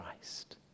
Christ